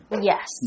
Yes